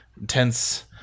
intense